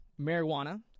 marijuana